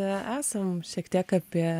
esam šiek tiek apie